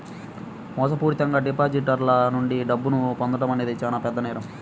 మోసపూరితంగా డిపాజిటర్ల నుండి డబ్బును పొందడం అనేది చానా పెద్ద నేరం